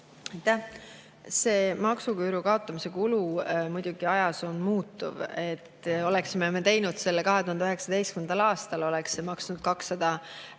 See maksuküüru kaotamise kulu on muidugi ajas muutuv. Oleks me teinud selle 2019. aastal, oleks see maksnud 200